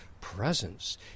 presence